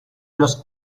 los